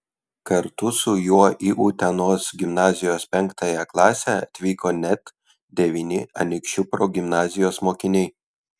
kartu su juo į utenos gimnazijos penktąją klasę atvyko net devyni anykščių progimnazijos mokiniai